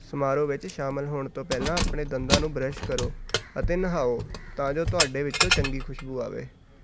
ਸਮਾਰੋਹ ਵਿੱਚ ਸ਼ਾਮਲ ਹੋਣ ਤੋਂ ਪਹਿਲਾਂ ਆਪਣੇ ਦੰਦਾਂ ਨੂੰ ਬਰਸ਼ ਕਰੋ ਅਤੇ ਨਹਾਓ ਤਾਂ ਜੋ ਤੁਹਾਡੇ ਵਿੱਚੋਂ ਚੰਗੀ ਖੁਸ਼ਬੂ ਆਵੇ